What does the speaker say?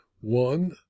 one